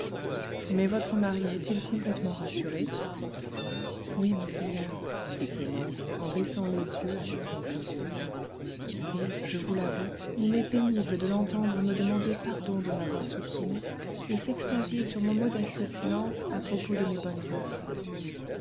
mais votre mari est-il complètement rassuré oui monseigneur dit clémence en baissant les yeux avec confusion et je vous l'avoue il m'est pénible de l'entendre me demander pardon de m'avoir soupçonnée et s'extasier sur mon modeste silence à propos de mes bonnes oeuvres